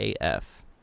AF